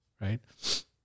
right